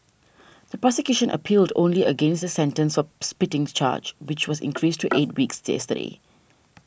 the prosecution appealed only against the sentence of spitting charge which was increased to eight weeks yesterday